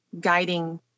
guiding